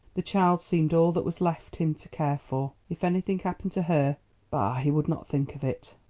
the child seemed all that was left him to care for. if anything happened to her bah, he would not think of it!